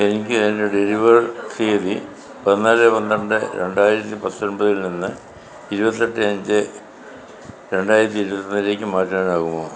എനിക്ക് എന്റെ ഡെലിവർ തീയതി പതിനാല് പന്ത്രണ്ട് രണ്ടായിരത്തി പത്തൊൻപതിൽ നിന്ന് ഇരുപത്തെട്ട് അഞ്ച് രണ്ടായിരത്തി ഇരുപത്തിയൊന്നിലേക്ക് മാറ്റാനാകുമോ